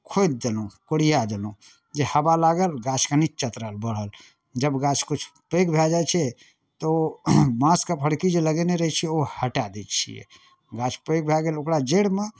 खोदि देलहुँ कोरिआ देलहुँ जे हवा लागल गाछ कनि चतरल बढ़ल जब गाछ कुछ पैघ भए जाइ छै तऽ ओ बाँसके फरकी जे लगेने रहै छियै ओ हटाए दै छियै गाछ पैघ भए गेल ओकरा जड़िमे